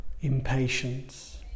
impatience